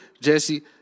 Jesse